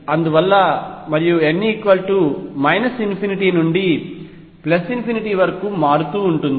అందువలన మరియు n ∞ నుండి వరకు మారుతూ ఉంటుంది